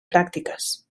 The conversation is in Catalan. pràctiques